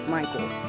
Michael